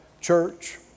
Church